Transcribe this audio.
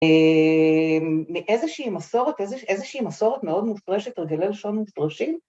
אמ...‫מאיזושהי מסורת, איזושהי מסורת מאוד מופרשת, ‫הרגלי לשון מופרשים?